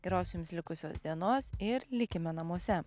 geros jums likusios dienos ir likime namuose